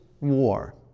war